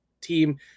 team